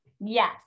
Yes